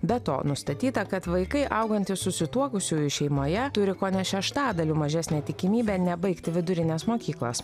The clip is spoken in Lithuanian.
be to nustatyta kad vaikai augantys susituokusiųjų šeimoje turi kone šeštadaliu mažesnę tikimybę nebaigti vidurinės mokyklos